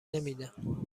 نمیدم